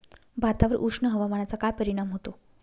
भातावर उष्ण हवामानाचा काय परिणाम होतो?